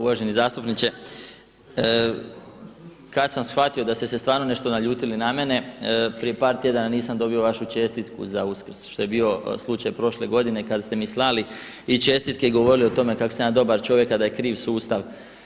Uvaženi zastupniče, kada sam shvatio da ste se stvarno nešto naljutili na mene, prije par tjedana nisam dobio vašu čestitku za Uskrs što je bio slučaj prošle godine kada ste mi slali i čestitke i govorili o tome kako sam ja dobar čovjek, a da je kriv sustav.